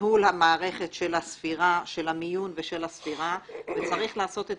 ניהול המערכת של המיון ושל הספירה וצריך לעשות את